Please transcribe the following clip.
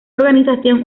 organización